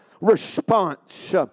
response